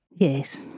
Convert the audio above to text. Yes